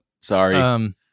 Sorry